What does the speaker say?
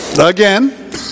again